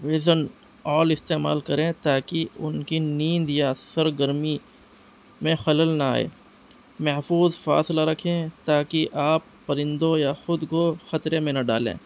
ویزن آل استعمال کریں تاکہ ان کی نیند یا سرگرمی میں خلل نہ آئے محفوظ فاصلہ رکھیں تاکہ آپ پرندوں یا خود کو و خطرے میں نہ ڈالیں